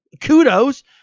kudos